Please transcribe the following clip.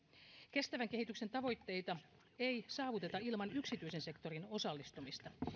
kestävän kehityksen tavoitteita ei saavuteta ilman yksityisen sektorin osallistumista